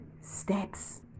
steps